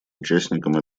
участником